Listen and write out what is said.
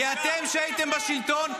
-- כי כשאתם הייתם בשלטון,